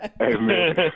Amen